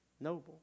Noble